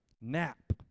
Nap